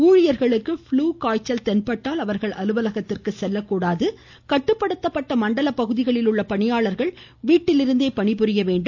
ஊழியர்களுக்கு ஃப்ளு காய்ச்சல் தென்பட்டால் அவர்கள் அலுவலகத்திற்கு செல்லக்கூடாது கட்டுப்படுத்தப்பட்ட மண்டல பகுதிகளில் உள்ள பணியாளர்கள் வீட்டிலிருந்தே பணிபுரிய வேண்டும்